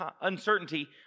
uncertainty